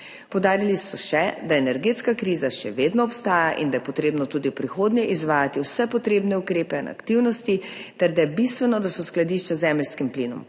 Poudarili so še, da energetska kriza še vedno obstaja in da je potrebno tudi v prihodnje izvajati vse potrebne ukrepe in aktivnosti ter da je bistveno, da so skladišča z zemeljskim plinom